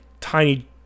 tiny